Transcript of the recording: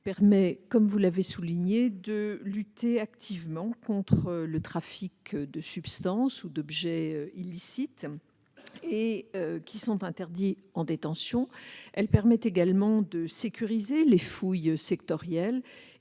permet, comme vous l'avez souligné, de lutter activement contre le trafic de substances ou d'objets illicites et interdits en détention. Ces structures sécurisent les fouilles sectorielles